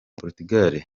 portugal